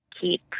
keep